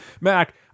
Mac